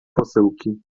posyłki